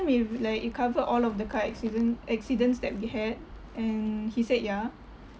him if like it cover all of the car accident~ accidents that we had and he said yeah